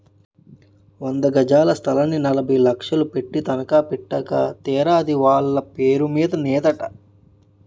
వంద గజాల స్థలాన్ని నలభై లక్షలు పెట్టి తనఖా పెట్టాక తీరా అది వాళ్ళ పేరు మీద నేదట